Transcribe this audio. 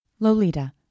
Lolita